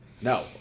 No